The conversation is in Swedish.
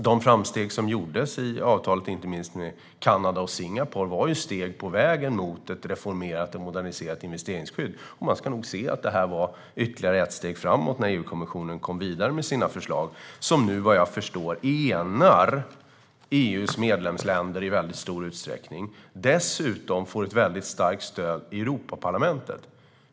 De framsteg som gjorts i avtalet, inte minst med Kanada och Singapore, var steg på vägen mot ett reformerat och moderniserat investeringsskydd. Man ska nog se att det var ytterligare ett steg framåt när EU-kommissionen kom vidare med sina förslag, som vad jag förstår nu enar EU:s medlemsländer i stor utsträckning och dessutom får starkt stöd i Europaparlamentet.